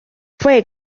fue